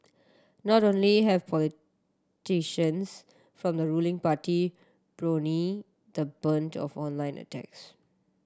not only have politicians from the ruling party borne the brunt of online attacks